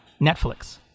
Netflix